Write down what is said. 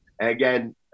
again